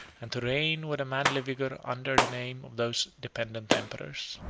and to reign with a manly vigor under the name of those dependent emperors.